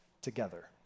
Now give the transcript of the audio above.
together